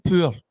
poor